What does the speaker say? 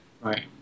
Right